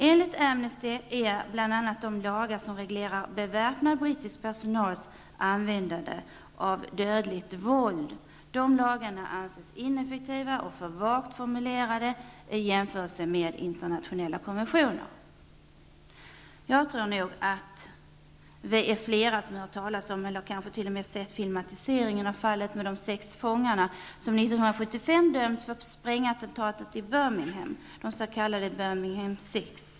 Enligt Amnesty är bl.a. de lagar som reglerar beväpnad brittisk personals användande av dödligt våld ineffektiva och vagt formulerade i jämförelse med internationella konventioner. Jag tror nog att vi är flera som har hört talas om eller kanske sett filmatiseringen av fallet med de sex fångarna som 1975 dömdes för sprängattentatet i Birmingham, de s.k. Birminghams six.